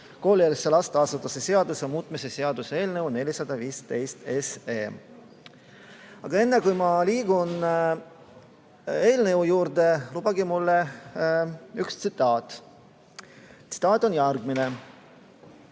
koolieelse lasteasutuse seaduse muutmise seaduse eelnõu 415. Aga enne kui ma liigun eelnõu juurde, lubage mul öelda üks tsitaat. Tsitaat on järgmine: